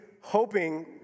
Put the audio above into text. hoping